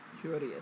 Curious